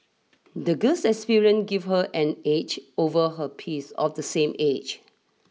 the girl's experience gave her an edge over her piece of the same age